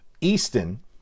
Easton